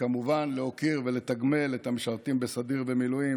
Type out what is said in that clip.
וכמובן להוקיר ולתגמל את המשרתים בסדיר ובמילואים,